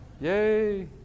Yay